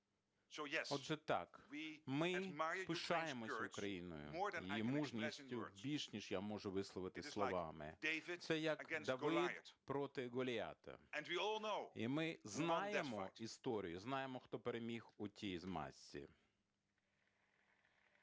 так, ми пишаємося Україною, її мужністю більше, ніж я можу висловити словами. Це як Давид проти Ґоліята. І ми знаємо історію, знаємо, хто переміг у тій змазці.